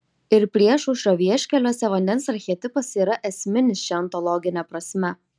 ir priešaušrio vieškeliuose vandens archetipas yra esminis šia ontologine prasme